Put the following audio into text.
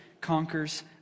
conquers